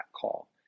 call